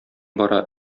бара